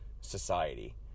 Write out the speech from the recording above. society